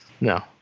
No